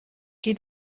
qui